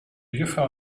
juffrouw